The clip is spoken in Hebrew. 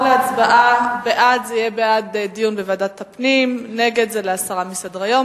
בעד, בעד דיון בוועדת הפנים, נגד, הסרה מסדר-היום.